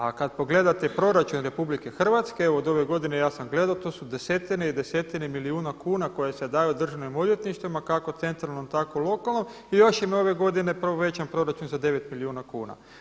A kada pogledate proračun Republike Hrvatske evo od ove godine ja sam gledao to su desetine i desetine milijuna kuna koje se daju državnim odvjetništvima kako centralnom, tako lokalnom i još im je ove godine povećan proračun za 9 milijuna kuna.